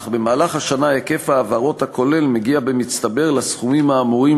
אך במהלך השנה היקף ההעברות הכולל מגיע במצטבר לסכומים האמורים,